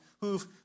who've